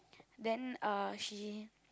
then uh she